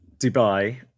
Dubai